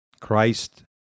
Christ